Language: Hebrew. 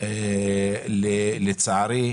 בשבט תשפ"ב.